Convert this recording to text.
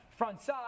frontside